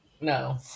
no